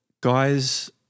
guys